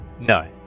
No